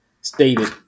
stated